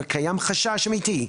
וקיים חשש אמיתי,